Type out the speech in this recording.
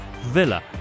Villa